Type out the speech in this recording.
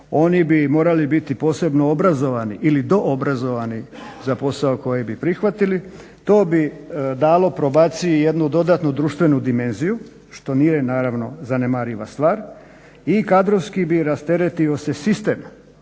oni bi morali biti posebno obrazovani ili doobrazovani za posao koji bi prihvatili. To bi dalo probaciji jednu dodatnu društvenu dimenziju što nije naravno zanemariva stvar i kadrovski bi rasteretio se sistem